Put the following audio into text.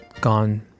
gone